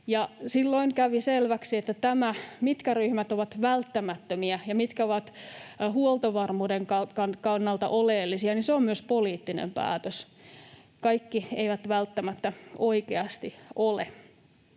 silloin kävi selväksi, mitkä ryhmät ovat välttämättömiä ja mitkä ovat huoltovarmuuden kannalta oleellisia — niin se on myös poliittinen päätös. Kaikki eivät välttämättä oikeasti ole.